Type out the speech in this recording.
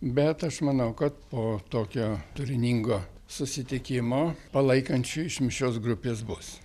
bet aš manau kad po tokio turiningo susitikimo palaikančių iš mišrios grupės bus